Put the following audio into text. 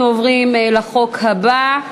אנחנו עוברים להצעת החוק הבאה,